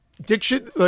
Diction